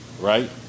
right